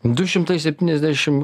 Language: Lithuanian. du šimtai septyniasdešim